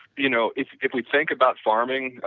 you know, if if we think about farming,